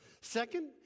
Second